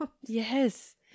Yes